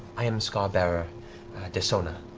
i am scalebearer desona,